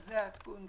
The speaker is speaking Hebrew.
זה עדכון גדול?